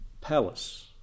palace